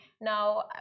Now